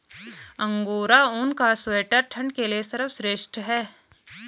angora ऊन का sweater ठंड के लिए सर्वश्रेष्ठ है